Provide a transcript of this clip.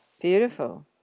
Beautiful